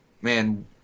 man—